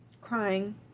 Crying